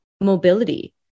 mobility